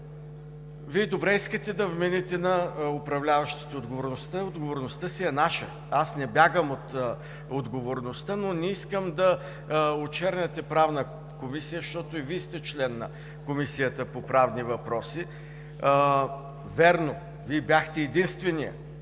Вие добре искате да вмените на управляващите отговорността, отговорността си е наша. Аз не бягам от нея, но не искам да очерняте Правна комисия, защото и Вие сте член на Комисията по правни въпроси. Вярно, Вие бяхте единственият,